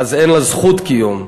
אין לה זכות קיום.